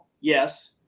yes